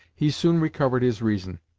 he soon recovered his reason,